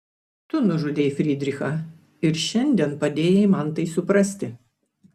tu nužudei frydrichą ir šiandien padėjai man tai suprasti